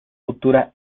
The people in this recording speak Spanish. futura